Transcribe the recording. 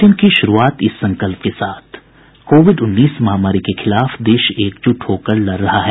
bulletin की शुरूआत से पहले ये संकल्प कोविड उन्नीस महामारी के खिलाफ देश एकजुट होकर लड़ रहा है